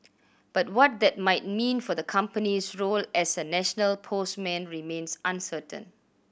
but what that might mean for the company's role as a national postman remains uncertain